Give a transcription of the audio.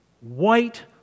white